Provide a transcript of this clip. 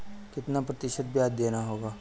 कितना प्रतिशत ब्याज देना होगा?